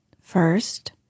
First